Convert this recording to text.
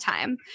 time